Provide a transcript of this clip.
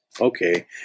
okay